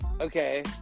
Okay